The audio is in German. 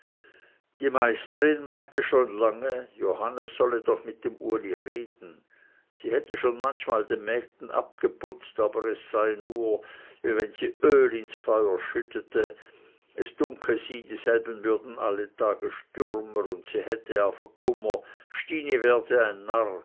die meisterin meinte schon lange johannes sollte doch mit dem uli reden sie hätte schon manchmal den mägden abgeputzt aber es sei nur wie wenn sie öl ins feuer schütte es dunke sie dieselben würden alle tage stürmer und sie hätte afe kummer stini werde ein narr